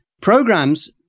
programs